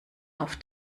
auf